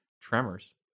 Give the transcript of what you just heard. Tremors